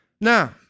Now